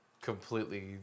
completely